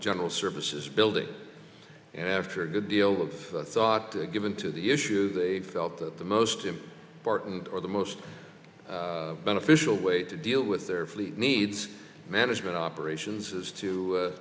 general services building and after a good deal of thought that given to the issues they felt that the most in barton or the most beneficial way to deal with their fleet needs management operations is to